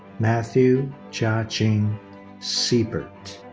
matthew jiajing siebert.